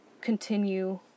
continue